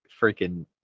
freaking